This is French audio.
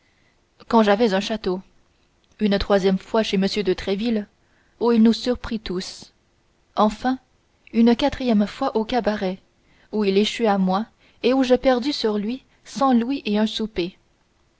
quand j'avais un château une troisième fois chez m de tréville où il nous surprit tous enfin une quatrième fois au cabaret où il échut à moi et où je perdis sur lui cent louis et un souper